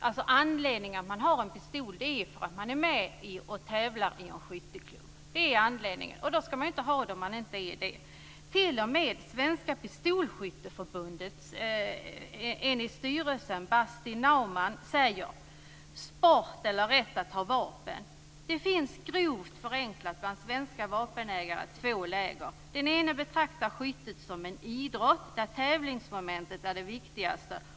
Anledningen till att man har en pistol är för att man är med i en skytteklubb och tävlar. Då ska man inte ha detta tillstånd om man inte är det. T.o.m. Basti Naumann i Svenska Pistolskytteförbundets styrelse säger: Sport eller rätt att ha vapen. Det finns bland svenska vapenägare grovt förenklat två läger. Det ena lägret betraktar skyttet som en idrott där tävlingsmomentet är det viktigaste.